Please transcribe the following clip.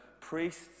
priests